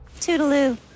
Toodaloo